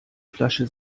flasche